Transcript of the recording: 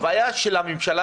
הבעיה של הממשלה,